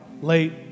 late